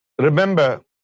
Remember